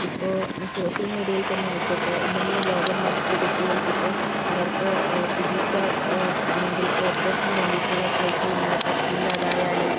ഇപ്പോൾ സോഷ്യൽ മീഡിയയിൽ തന്നെ ആയിക്കോട്ടെ എന്തെങ്കിലും രോഗം ബാധിച്ച കുട്ടികൾക്കിപ്പോൾ അവർക്ക് ചികിത്സ അല്ലെങ്കിൽ ഓപ്പറേഷന് വേണ്ടിയിട്ടുള്ള പൈസയില്ലാത്ത ഇല്ലാതായാൽ